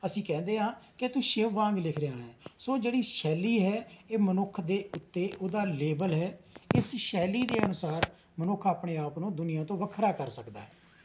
ਅਸੀਂ ਕਹਿੰਦੇ ਹਾਂ ਕਿ ਤੂੰ ਸ਼ਿਵ ਵਾਂਗ ਲਿਖ ਰਿਹਾ ਹੈ ਸੋ ਜਿਹੜੀ ਸ਼ੈਲੀ ਹੈ ਇਹ ਮਨੁੱਖ ਦੇ ਉੱਤੇ ਉਹਦਾ ਲੇਬਲ ਹੈ ਇਸ ਸ਼ੈਲੀ ਦੇ ਅਨੁਸਾਰ ਮਨੁੱਖ ਆਪਣੇ ਆਪ ਨੂੰ ਦੁਨੀਆਂ ਤੋਂ ਵੱਖਰਾ ਕਰ ਸਕਦਾ